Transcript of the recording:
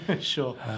Sure